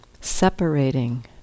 separating